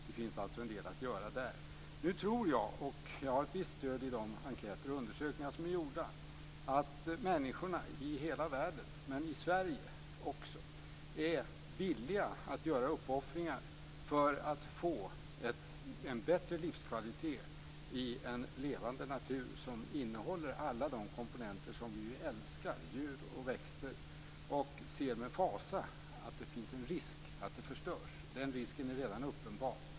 Det finns alltså en del att göra där. Nu tror jag, och jag har ett visst stöd i de enkäter och undersökningar som är gjorda, att människorna i hela världen, också i Sverige, är villiga att göra uppoffringar för att få en bättre livskvalitet i en levande natur som innehåller alla de komponenter som vi älskar - djur och växter - och med fasa ser att det finns en risk att detta förstörs. Den risken är redan uppenbar.